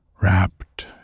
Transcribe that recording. wrapped